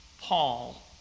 Paul